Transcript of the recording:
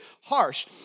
harsh